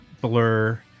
Blur